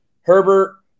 Herbert